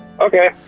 Okay